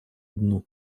дну